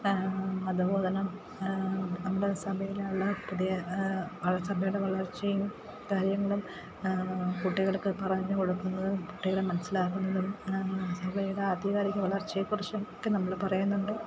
അതുപോലെ തന്നെ നമ്മൾ സഭയിലുള്ള പുതിയ വളർച്ച സഭയുടെ വളർച്ചയും കാര്യങ്ങളും കുട്ടികൾക്കു പറഞ്ഞുകൊടുക്കുന്നതും കുട്ടിളെ മനസ്സിലാക്കുന്നതും സഭയുടെ ആധികാരിക വളർച്ചയെ കുറിച്ചും ഒക്കെ നമ്മൾ പറയുന്നുണ്ട്